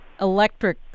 electric